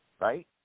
right